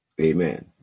amen